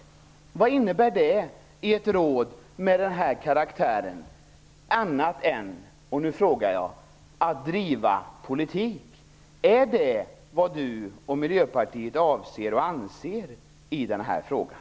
Nu frågar jag: Vad innebär det i ett råd med den här karaktären annat än att driva politik? Är det vad Peter Eriksson och Miljöpartiet avser och anser i den här frågan?